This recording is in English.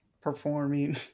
performing